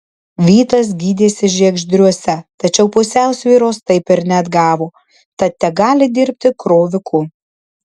vytas gydėsi žiegždriuose tačiau pusiausvyros taip ir neatgavo tad tegali dirbti kroviku